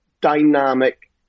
dynamic